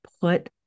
put